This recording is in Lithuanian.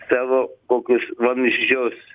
savo kokius vamzdžius